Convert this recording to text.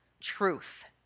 truth